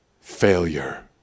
Failure